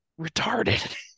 retarded